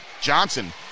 Johnson